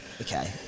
Okay